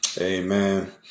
Amen